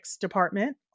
department